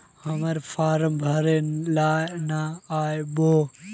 हम्मर फारम भरे ला न आबेहय?